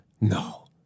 no